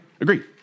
Agree